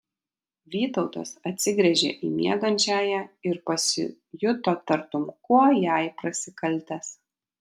vytautas atsigręžė į miegančiąją ir pasijuto tartum kuo jai prasikaltęs